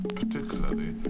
particularly